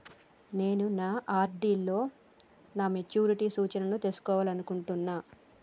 నేను నా ఆర్.డి లో నా మెచ్యూరిటీ సూచనలను తెలుసుకోవాలనుకుంటున్నా